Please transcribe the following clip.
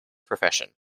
profession